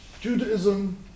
Judaism